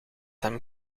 hem